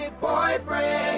Boyfriend